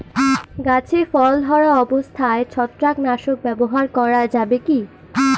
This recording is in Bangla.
গাছে ফল ধরা অবস্থায় ছত্রাকনাশক ব্যবহার করা যাবে কী?